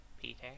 Peter